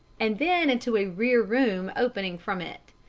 and then into a rear room opening from it.